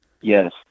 Yes